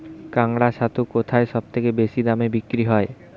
কাড়াং ছাতু কোথায় সবথেকে বেশি দামে বিক্রি হয়?